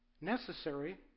Necessary